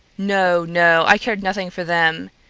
no, no! i cared nothing for them.